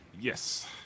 Yes